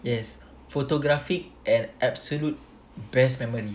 yes photographic at absolute best memory